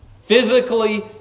physically